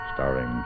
Starring